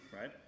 right